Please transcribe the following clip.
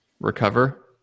recover